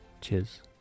Cheers